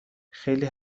خیلی